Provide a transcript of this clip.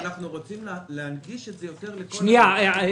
אנחנו רוצים להנגיש את זה יותר לכל הארץ.